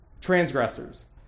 transgressors